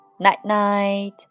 Night-night